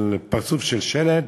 פרצוף של שלד,